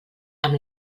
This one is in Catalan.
amb